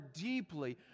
deeply